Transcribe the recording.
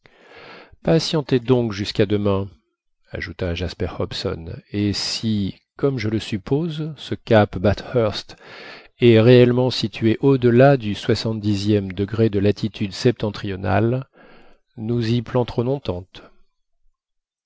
patientez donc jusqu'à demain ajouta jasper hobson et si comme je le suppose ce cap bathurst est réellement situé au-delà du soixante dixième degré de latitude septentrionale nous y planterons notre tente